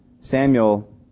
Samuel